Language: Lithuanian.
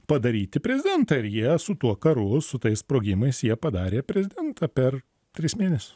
padaryti prezidentą ir jie su tuo karu su tais sprogimais jie padarė prezidentą per tris mėnesius